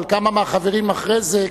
אבל כמה מהחברים אחרי זה,